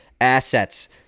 assets